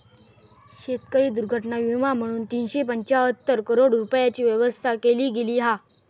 शेतकरी दुर्घटना विमा म्हणून तीनशे पंचाहत्तर करोड रूपयांची व्यवस्था केली गेली हा